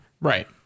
right